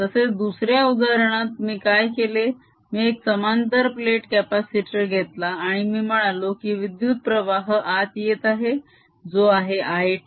तसेच दुसऱ्या उदाहरणात मी काय केले मी एक समांतर प्लेट कप्यासिटर घेतला आणि मी म्हणालो की विद्युत्प्रवाह आत येत आहे जो आहे I t